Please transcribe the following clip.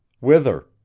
Whither